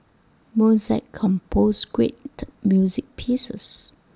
Mozart composed great music pieces